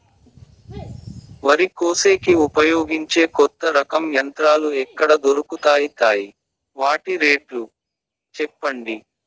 వరి కోసేకి ఉపయోగించే కొత్త రకం యంత్రాలు ఎక్కడ దొరుకుతాయి తాయి? వాటి రేట్లు చెప్పండి?